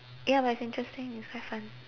ya but it's interesting it's quite fun